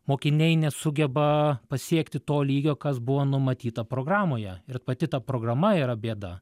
mokiniai nesugeba pasiekti to lygio kas buvo numatyta programoje ir pati ta programa yra bėda